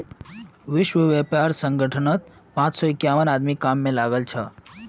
विश्व व्यापार संगठनत पांच सौ इक्यावन आदमी कामत लागल छ